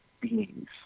beings